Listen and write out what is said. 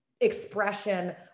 expression